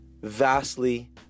vastly